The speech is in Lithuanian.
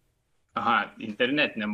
aha internetiniam